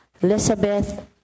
Elizabeth